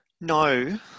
No